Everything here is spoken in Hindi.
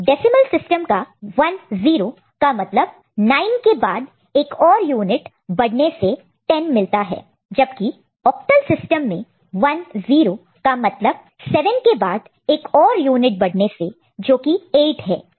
डेसिमल सिस्टम का 1 0 का मतलब 9 के बाद एक और यूनिट बढ़ने से 10 मिलता है जबकि ऑक्टल सिस्टम मैं 1 0 का मतलब 7 के बाद एक और यूनिट बढ़ने से जो की 8 है